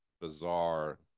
bizarre